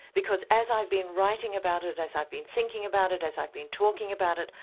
because as i've been writing about it, as i've been thinking about it, as i've been talking about it,